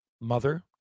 mother